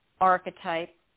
archetype